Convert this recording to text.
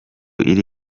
iri